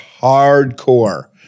hardcore